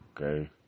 okay